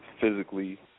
physically